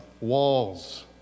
walls